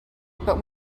but